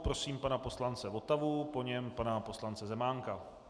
Prosím pana poslance Votavu, po něm pana poslance Zemánka.